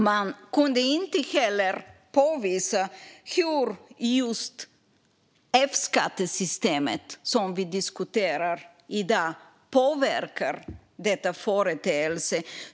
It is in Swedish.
Man kunde inte heller visa hur F-skattesystemet, som vi diskuterar i dag, påverkar denna företeelse.